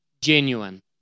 genuine